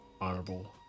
honorable